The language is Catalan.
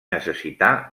necessitar